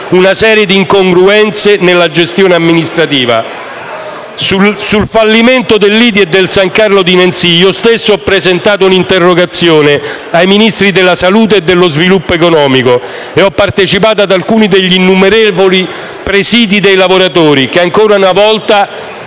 una serie di incongruenze nella gestione amministrativa. Sul fallimento dell’IDI e del San Carlo di Nancy io stesso ho presentato un’interrogazione ai Ministri della salute e dello sviluppo economico ho partecipato ad alcuni degli innumerevoli presidi dei lavoratori, che ancora una volta